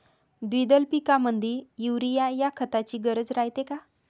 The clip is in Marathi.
द्विदल पिकामंदी युरीया या खताची गरज रायते का?